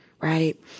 right